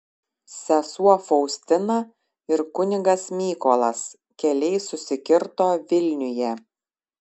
sesuo faustina ir kunigas mykolas keliai susikirto vilniuje